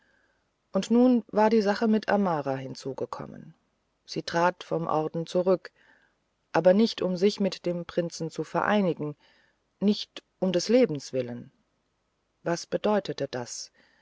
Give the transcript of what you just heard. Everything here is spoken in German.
und nun war die sache mit amara hinzugekommen sie trat vom orden zurück aber nicht um sich mit dem prinzen zu vereinigen nicht um des lebens willen was bedeutete das